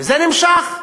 וזה נמשך.